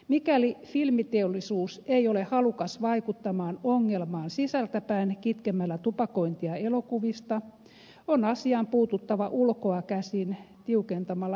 mikäli filmiteollisuus ei ole halukas vaikuttamaan ongelmaan sisältäpäin kitkemällä tupakointia elokuvista on asiaan puututtava ulkoa käsin tiukentamalla ikärajoja